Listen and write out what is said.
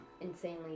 insanely